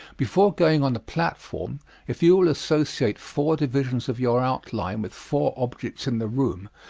before going on the platform if you will associate four divisions of your outline with four objects in the room,